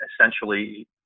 essentially